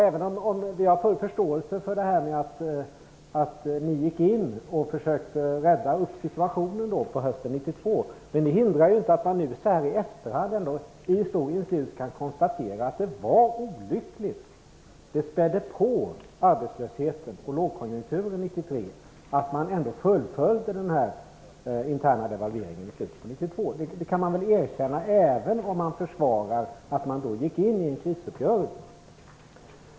Även om vi har full förståelse för att Socialdemokraterna gick in och försökte rädda situationen hösten 1992 hindrar det inte att man så här i efterhand i historiens ljus kan kan konstatera att det var olyckligt. Det spädde på arbetslösheten och lågkonjunkturen 1993 att man fullföljde den interna devalveringen i slutet av 1992. Det kan väl Socialdemokraterna erkänna även om man försvarar att man gick in i en krisuppgörelse.